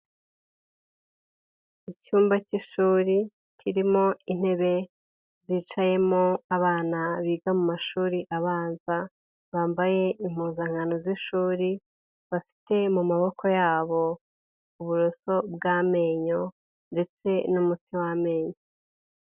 Icyumba cy'ishuri kirimo intebe zicayemo abana biga mu mashuri abanza, bambaye impuzankano z'ishuri, bafite mu maboko yabo uburoso bw'amenyo ndetse n'umuti w'amenyo.